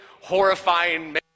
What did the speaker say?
horrifying